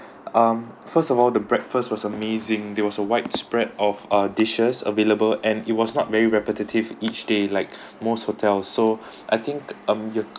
um first of all the breakfast was amazing there was a widespread of uh dishes available and it was not very repetitive each day like most hotel so I think um